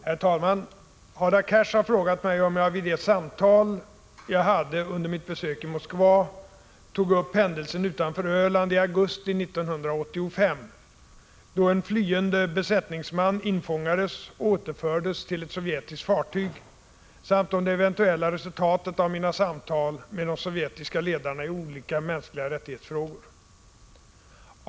Herr talman! Hadar Cars har frågat mig om jag vid de samtal jag hade under mitt besök i Moskva tog upp händelsen utanför Öland i augusti 1985, då en flyende besättningsman infångades och återfördes till ett sovjetiskt fartyg, samt om det eventuella resultatet av mina samtal med de sovjetiska ledarna i olika frågor om mänskliga rättigheter.